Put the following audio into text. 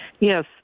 Yes